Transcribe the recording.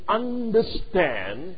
understand